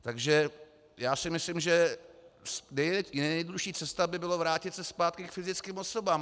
Takže si myslím, že nejjednodušší cesta by byla vrátit se zpátky k fyzickým osobám.